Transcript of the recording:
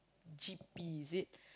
G_P is it